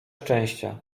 szczęścia